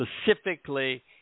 specifically